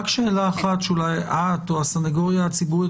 עוד שאלה אלייך או אל הסניגוריה הציבורית,